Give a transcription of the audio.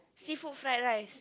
seafood fried rice